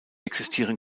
existieren